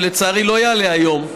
שלצערי לא יעלה היום,